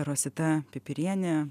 rosita pipirienė